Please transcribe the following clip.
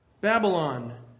Babylon